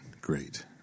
Great